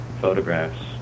photographs